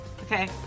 Okay